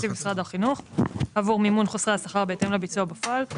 משרד החינוך עבור מימון חוסרי השכר בהתאם לביצוע בפועל,